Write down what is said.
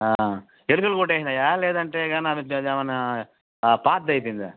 ఎలుకలు కొట్టేసాయా లేదంటే అదేమన్నా పాతదైపోయిందా